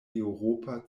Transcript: eŭropa